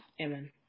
Amen